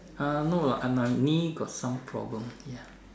uh no lah my knee got some problem ya